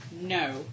No